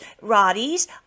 Roddy's